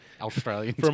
Australian